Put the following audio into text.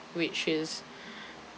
which is